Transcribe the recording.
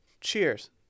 cheers